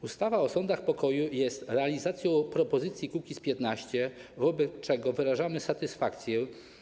Ustawa o sądach pokoju jest realizacją propozycji Kukiz’15, wobec czego wyrażamy satysfakcję.